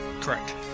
Correct